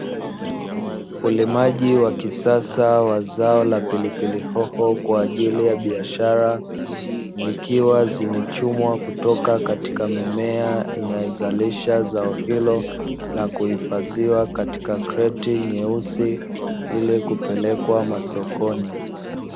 Ulimaji wa kisasa wa zao la pilipili hoho kwa ajili ya biashara, zikiwa zimechumwa kutoka katika mimea inayozalisha zao hilo na kuhifadhiwa katika kreti nyeusi ili kupelekwa sokoni.